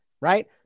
right